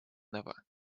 нова